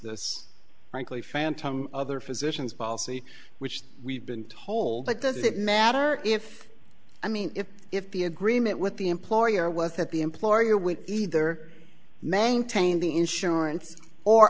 this frankly phantom other physicians policy which we've been told but does it matter if i mean if if the agreement with the employer was that the imp loria when either maintain the insurance or